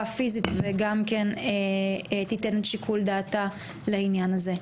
פיזית וגם כן תיתן את שיקול דעתה לעניין הזה.